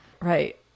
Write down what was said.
Right